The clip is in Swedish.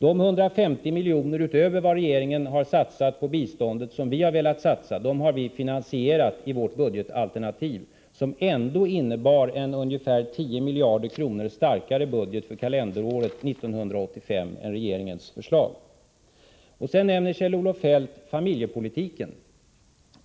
De 150 milj.kr. som vi har velat satsa utöver vad regeringen har satsat på biståndet har vi finansierat i vårt budgetalternativ, som trots detta innebar en ca 10 miljarder kronor starkare budget för kalenderåret 1985 än regeringens förslag. Kjell-Olof Feldt nämner familjepolitiken.